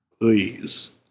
Please